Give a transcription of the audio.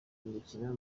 imikino